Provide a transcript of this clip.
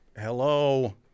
hello